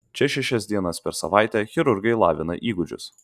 čia šešias dienas per savaitę chirurgai lavina įgūdžius